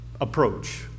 Approach